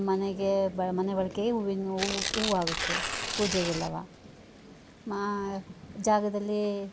ಮನೆಗೇ ಮನೆ ಬಳಕೆ ಹೂವಿನ್ ಹೂವಾಗುತ್ತೆ ಪೂಜೆಗೆಲ್ಲ ಮಾ ಜಾಗದಲ್ಲಿ